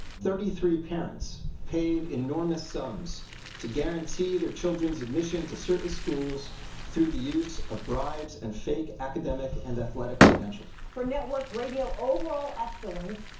thirty three parents paid enormous sums to guarantee their children's admission to certain schools through the use of bribes and fake academic and athletic credentials for network radio overall excellence,